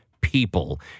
people